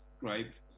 right